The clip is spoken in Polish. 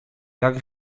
jak